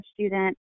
student